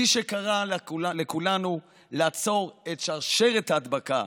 מי שקרא לכולנו לעצור את שרשרת ההדבקה,